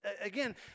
again